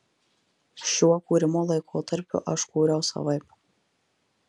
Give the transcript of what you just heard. šiuo kūrimo laikotarpiu aš kūriau savaip